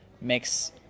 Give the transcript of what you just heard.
makes